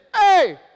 Hey